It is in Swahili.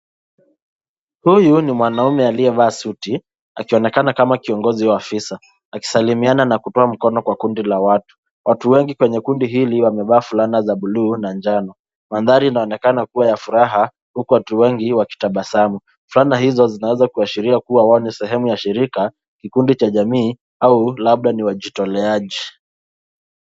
Huyu ni mwanaume aliyevaa suti akionekana kama kiongozi au afisa akisalimiana na kutoa mkono kwa kundi la watu. Watu wengi kwenye kundi hili, wamevaa fulana za bluu na njano. Mandhari inaonekana kuwa ya furaha huku watu wengi wakitabasamu. Fulana hizo zinaweza kuashiria kuwa ni sehemu ya shirika, kikundi cha jamii au labda ni wajitoleaji.